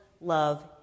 love